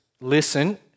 listen